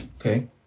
Okay